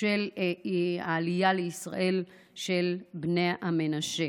העלייה לישראל של בני המנשה.